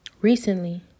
recently